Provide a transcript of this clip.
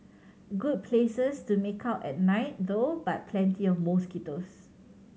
good places to make out at night though but plenty of mosquitoes